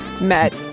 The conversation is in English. Met